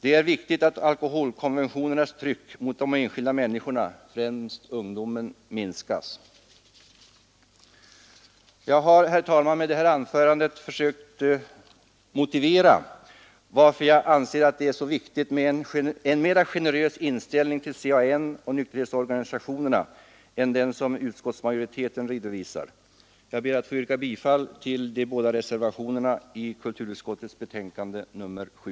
Det är viktigt att alkoholkonventionernas tryck mot de enskilda människorna — främst ungdomen — minskas. Jag har, herr talman, med detta anförande försökt motivera varför jag anser det vara så viktigt med en mera generös inställning till CAN och nykterhetsorganisationerna än den som utskottsmajoriteten redovisar. Jag ber att få yrka bifall till de båda reservationerna i kulturutskottets betänkande nr 7.